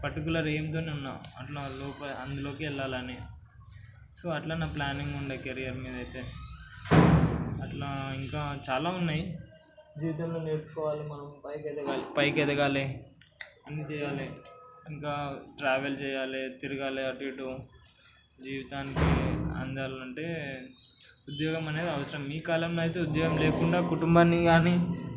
particular ఎయింతో ఉన్న అట్లా అందులోకి వెళ్ళాలని సో అట్లా నా ప్లానింగ్ ఉండే కెరియర్ మీద అయితే అట్లా ఇంకా చాలా ఉన్నాయి జీవితంలో నేర్చుకోవాలి మనం పైకి ఎదగాలి పైకి ఎదగాలి పని చేయాలి ఇంకా ట్రావెల్ చేయాలి తిరగాలి అటు ఇటు జీవితానికి అందాలి అంటే ఉద్యోగం అనేది అవసరం ఈ కాలంలో అయితే ఉద్యోగం లేకుండా కుటుంబాన్ని కానీ